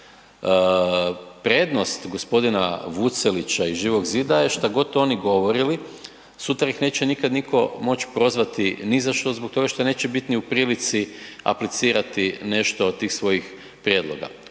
Prednost gospodina Vucelića iz Živog zida je šta god oni govorili sutra ih neće nikad nitko prozvati ni zašto zbog toga što neće biti ni u prilici aplicirati nešto od tih svojih prijedloga.